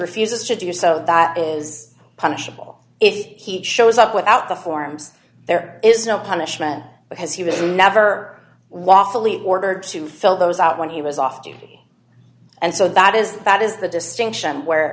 refuses to do so that is punishable if he shows up without the forms there is no punishment because he was never wofully ordered to fill those out when he was off duty and so that is that is the distinction where